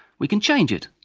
we can change it.